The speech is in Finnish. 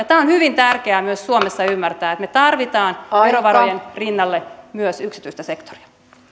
tämä on hyvin tärkeää myös suomessa ymmärtää että me tarvitsemme verovarojen rinnalle myös yksityistä sektoria